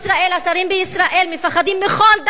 השרים בישראל מפחדים מכל דבר,